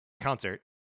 concert